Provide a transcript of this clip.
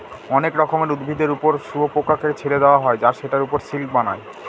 অনেক রকমের উদ্ভিদের ওপর শুয়োপোকাকে ছেড়ে দেওয়া হয় আর সেটার ওপর সিল্ক বানায়